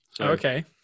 Okay